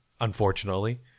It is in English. unfortunately